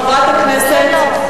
חברת הכנסת?